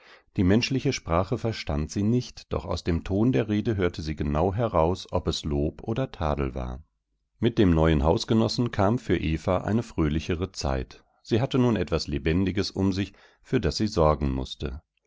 die menschliche sprache verstand sie nicht doch aus dem ton der rede hörte sie genau heraus ob es lob oder tadel war mit dem neuen hausgenossen kam für eva eine fröhlichere zeit sie hatte nun etwas lebendiges um sich für das sie sorgen mußte